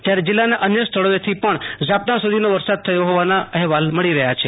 જથારે જીલ્લાના અન્ય સ્થળોએથી પણ ઝાપટાં સુ ધીનો વરસાદ થયો હોવાના અહેવાલ મળી રહ્યા છે